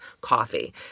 coffee